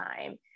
time